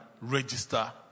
register